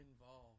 involved